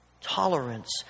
tolerance